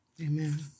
Amen